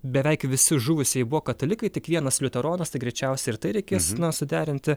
beveik visi žuvusieji buvo katalikai tik vienas liuteronas tai greičiausia ir tai reikės na suderinti